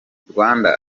rwanda